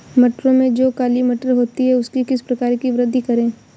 मटरों में जो काली मटर होती है उसकी किस प्रकार से वृद्धि करें?